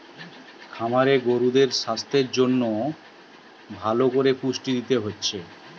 খামারে গরুদের সাস্থের জন্যে ভালো কোরে পুষ্টি দিতে হচ্ছে